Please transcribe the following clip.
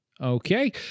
Okay